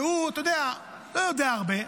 שהוא, אתה יודע, לא יודע הרבה.